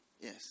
Yes